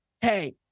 hey